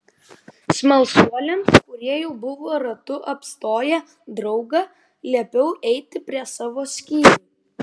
smalsuoliams kurie jau buvo ratu apstoję draugą liepiau eiti prie savo skyrių